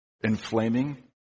inflaming